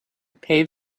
paid